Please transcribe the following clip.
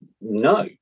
no